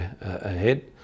ahead